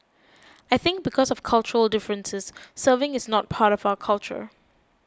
I think because of cultural differences serving is not part of our culture